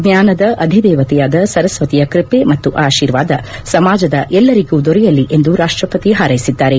ಜ್ಞಾನದ ಅಧಿದೇವತೆಯಾದ ಸರಸ್ವತಿಯ ಕೃಪೆ ಮತ್ತು ಅಶೀರ್ವಾದ ಸಮಾಜದ ಎಲ್ಲರಿಗೂ ದೊರೆಯಲಿ ಎಂದು ರಾಷ್ಟಪತಿ ಹಾರ್ವೆಸಿದ್ದಾರೆ